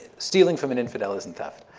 stealing from an infidel isn't theft.